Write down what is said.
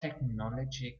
technology